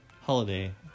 holiday